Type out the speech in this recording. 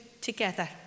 together